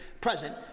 present